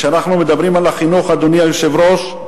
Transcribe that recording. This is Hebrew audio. כשאנחנו מדברים על החינוך, אדוני היושב-ראש,